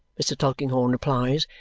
mr. tulkinghorn replies,